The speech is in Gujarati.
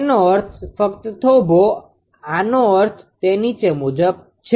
તેનો અર્થ ફક્ત થોભો આનો અર્થ તે નીચે મુજબ છે